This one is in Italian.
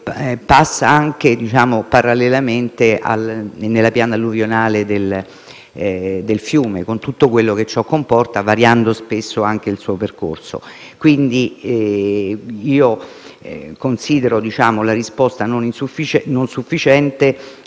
passa anche parallelamente alla piana alluvionale del fiume, con tutto quello che ciò comporta, variando spesso anche il suo percorso. Considero quindi la risposta non sufficiente